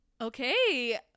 Okay